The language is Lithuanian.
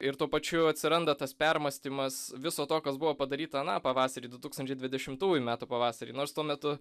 ir tuo pačiu atsiranda tas permąstymas viso to kas buvo padaryta aną pavasarį du tūkstančiai dvidešimtųjų metų pavasarį nors tuo metu